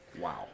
Wow